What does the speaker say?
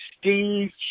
Steve